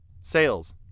Sales